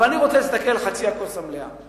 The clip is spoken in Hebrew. אבל אני רוצה להסתכל על חצי הכוס המלאה.